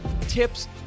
tips